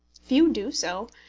few do so,